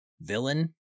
Villain